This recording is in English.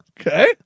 Okay